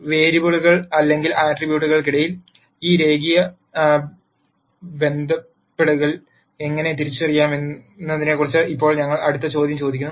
വേരിയബിളുകൾ അല്ലെങ്കിൽ ആട്രിബ്യൂട്ടുകൾക്കിടയിൽ ഈ രേഖീയ ബന്ധ ഷിപ്പുകൾ എങ്ങനെ തിരിച്ചറിയാമെന്നതിനെക്കുറിച്ച് ഇപ്പോൾ ഞങ്ങൾ അടുത്ത ചോദ്യം ചോദിക്കുന്നു